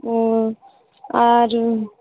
ও আর